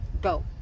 go